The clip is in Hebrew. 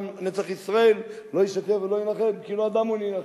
נצח ישראל לא ישקר ולא ינחם כי לא אדם הוא לא להנחם".